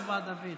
תודה רבה, דוד.